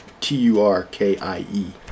T-U-R-K-I-E